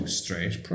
straight